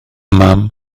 mam